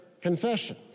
confession